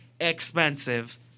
expensive